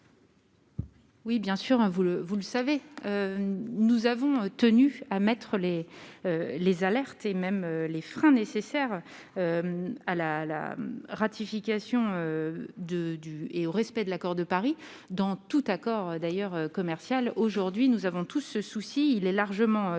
hein, vous le vous le savez, nous avons tenu à mettre les les alertes et même les freins nécessaires à la la ratification de du et au respect de l'accord de Paris dans tout accord d'ailleurs commercial aujourd'hui, nous avons tous ce souci il est largement partagée